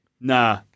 Nah